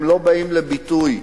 הם לא באים לידי ביטוי.